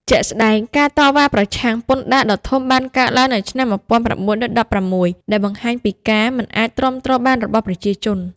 ជាក់ស្ដែង ការតវ៉ាប្រឆាំងពន្ធដារដ៏ធំបានកើតឡើងនៅឆ្នាំ១៩១៦ ដែលបង្ហាញពីការមិនអាចទ្រាំទ្របានរបស់ប្រជាជន។